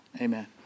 Amen